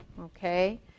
Okay